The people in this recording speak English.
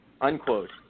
unquote